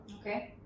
Okay